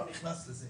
אני לא נכנס לזה